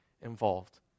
involved